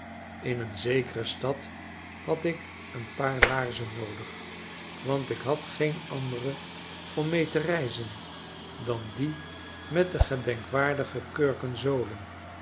in een zekere stad had ik een paar laarzen noodig want ik had geen andere om mee te reizen dan die met de gedenkwaardige kurken zolen